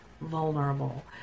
vulnerable